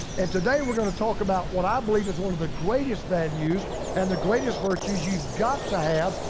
and today we're gonna talk about what i believe is one of the greatest values and the greatest virtues you've got to have.